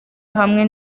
hamwe